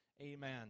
Amen